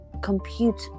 compute